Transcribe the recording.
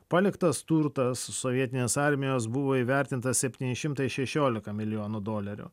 paliktas turtas sovietinės armijos buvo įvertintas septyni šimtai šešiolika milijonų dolerių